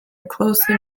closely